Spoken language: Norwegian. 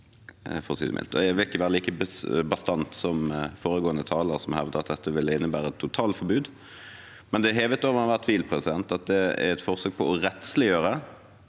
Jeg vil ikke være like bastant som foregående taler, som hevder at dette ville innebære et totalforbud, men det er hevet over enhver tvil at det er et forsøk på å rettsliggjøre